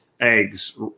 eggs